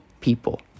people